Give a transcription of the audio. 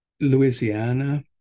louisiana